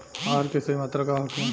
आहार के सही मात्रा का होखे?